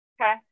Okay